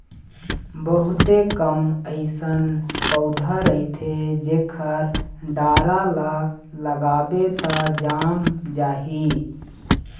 बहुते कम अइसन पउधा रहिथे जेखर डारा ल लगाबे त जाम जाही